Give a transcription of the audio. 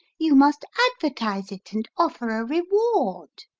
you must advertise it, and offer a reward.